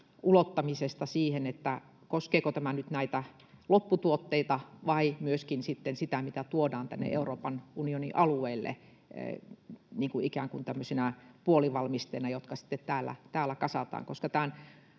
ulottamisesta siihen, koskeeko tämä nyt näitä lopputuotteita vai myöskin sitä, mitä tuodaan tänne Euroopan unionin alueelle ikään kuin tämmöisinä puolivalmisteina, jotka sitten täällä kasataan? Koko tämän